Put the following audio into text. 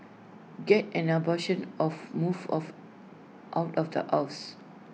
get an abortion of move of out of the house